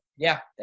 yeah, there